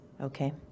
okay